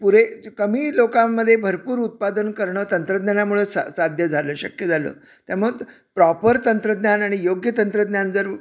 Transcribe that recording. पुरे कमी लोकांमध्ये भरपूर उत्पादन करणं तंत्रज्ञानामुळे साध्य झालं शक्य झालं त्यामुळं तंत्रज्ञान आणि योग्य तंत्रज्ञान जर